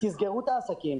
תסגרו את העסקים,